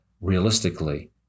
realistically